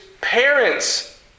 parents